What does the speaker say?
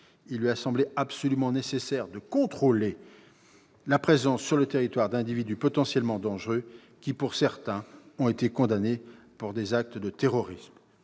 Il lui a semblé absolument nécessaire de contrôler la présence sur le territoire d'individus potentiellement dangereux qui, pour certains, ont été condamnés pour des actes de terrorisme.